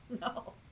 No